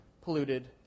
polluted